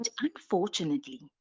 unfortunately